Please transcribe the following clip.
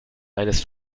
eines